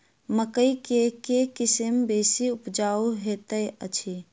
मकई केँ के किसिम बेसी उपजाउ हएत अछि?